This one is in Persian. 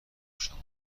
شما